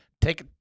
take